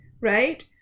right